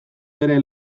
bere